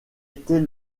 était